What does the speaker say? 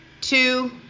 two